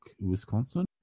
Wisconsin